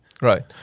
Right